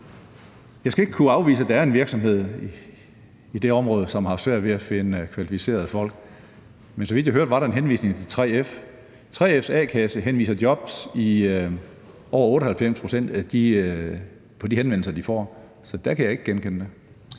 Jeg skal ikke kunne afvise, at der er en virksomhed i det område, som har haft svært ved at finde kvalificerede folk, men så vidt jeg hørte, var der en henvisning til 3F. 3F's a-kasse henviser til jobs i over 98 pct. af de henvendelser, de får. Så der kan jeg ikke genkende det.